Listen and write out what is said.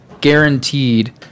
guaranteed